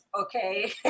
okay